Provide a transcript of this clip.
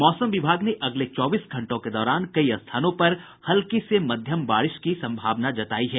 मौसम विभाग ने अगले चौबीस घंटों के दौरान कई स्थानों पर हल्की से मध्यम बारिश की संभावना जतायी है